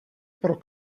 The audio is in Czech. pro